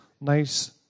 nice